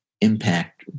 impact